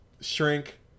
Shrink